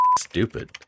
stupid